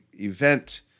event